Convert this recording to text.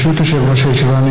ברשות יושב-ראש הישיבה,